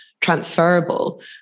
transferable